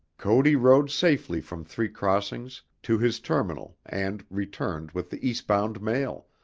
cody rode safely from three crossings to his terminal and returned with the eastbound mail,